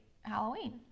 Halloween